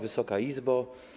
Wysoka Izbo!